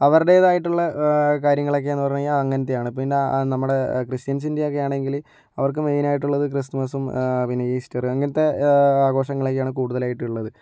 അവരുടേതായിട്ടുള്ള കാര്യങ്ങളൊക്കെയെന്ന് പറഞ്ഞാൽ അങ്ങനത്തെയാണ് അപ്പോൾ പിന്നെ നമ്മുടെ ക്രിസ്ത്യൻസിൻ്റെ ഒക്കെയാണെങ്കിൽ അവർക്ക് മെയിൻ ആയിട്ട് ഉള്ളത് ക്രിസ്തുമസും പിന്നെ ഈസ്റ്റർ അങ്ങനത്തെ ആഘോഷങ്ങളൊക്കെയാണ് കൂടുതലായിട്ടും ഉള്ളത്